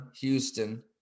Houston